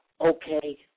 okay